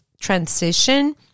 transition